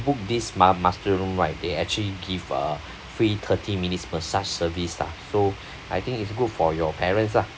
book this ma~ master room right they actually give uh free thirty minutes massage service lah so I think it's good for your parents lah